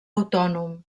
autònom